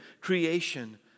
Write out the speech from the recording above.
creation